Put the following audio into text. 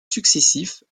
successifs